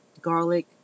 garlic